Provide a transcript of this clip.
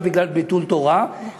בגלל ביטול תורה, נכון.